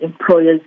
employers